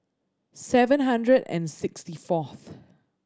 seven hundred and sixty fourth